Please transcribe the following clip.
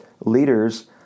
Leaders